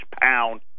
pound